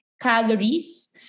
calories